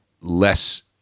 less